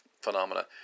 phenomena